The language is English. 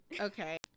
Okay